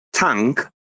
Tank